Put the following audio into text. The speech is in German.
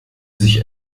sich